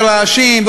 ורעשים,